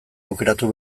aukeratu